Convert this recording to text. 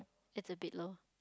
that's a bit low